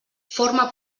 forma